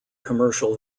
commercial